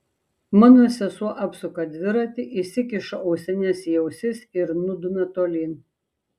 mano sesuo apsuka dviratį įsikiša ausines į ausis ir nudumia tolyn